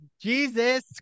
Jesus